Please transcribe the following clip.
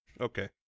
Okay